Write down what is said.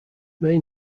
main